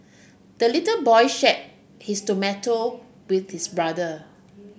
the little boy shared his tomato with his brother